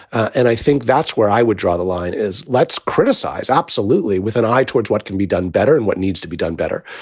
and i think that's where i would draw the line is let's criticize absolutely with an eye towards what can be done better and what needs to be done better